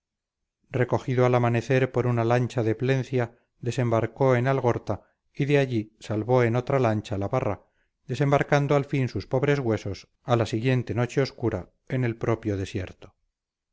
recogido al amanecer por una lancha de plencia desembarcó en algorta y de allí salvó en otra lancha la barra desembarcando al fin sus pobres huesos a la siguiente noche obscura en el propio desierto